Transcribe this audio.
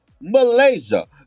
malaysia